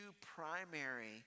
primary